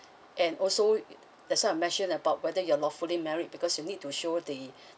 and also that's why I mentioned about whether you're lawfully married because you need to show the